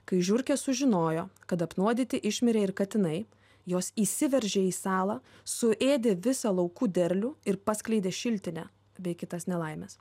kai žiurkės sužinojo kad apnuodyti išmirė ir katinai jos įsiveržė į salą suėdė visą laukų derlių ir paskleidė šiltinę bei kitas nelaimes